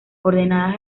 ordenada